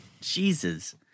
Jesus